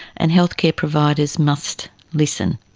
and healthcare providers must listen.